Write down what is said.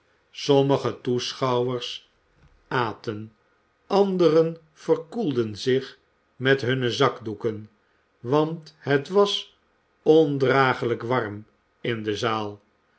mige toeschouwers aten anderen verkoelden zich met hunne zakdoeken want het was ondraaglijk warm in de zaal